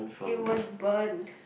it was burnt